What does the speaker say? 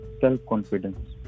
self-confidence